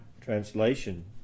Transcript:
Translation